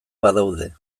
badaude